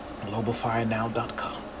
globalfirenow.com